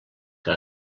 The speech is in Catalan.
que